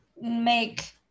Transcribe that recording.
make